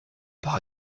par